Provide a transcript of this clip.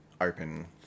open